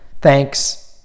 Thanks